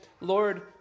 Lord